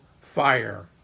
fire